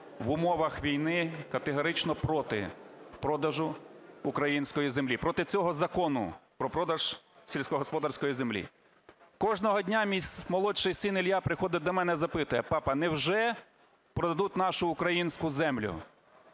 в умовах війни категорично проти продажу української землі, проти цього закону про продаж сільськогосподарської землі. Кожного дня мій молодший син Ілля підходить до мене і запитує: "Папа, невже продадуть нашу українську землю?"